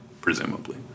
presumably